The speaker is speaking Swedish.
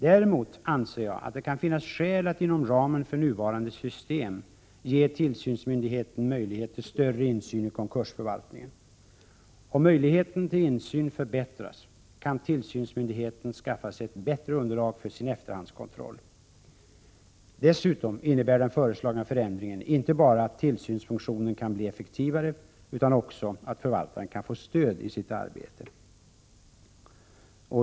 Däremot anser jag att det kan finnas skäl att inom ramen för nuvarande system ge tillsynsmyndigheten möjlighet till större tillsyn i konkursförvaltningen. Om möjligheterna till tillsyn förbättras kan tillsynsmyndigheten skaffa sig ett bättre underlag för sin efterhandskontroll. Dessutom innebär den föreslagna förändringen inte bara att tillsynsfunktionen blir effektivare utan också att förvaltaren kan få stöd i sitt arbete.